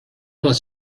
was